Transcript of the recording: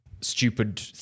stupid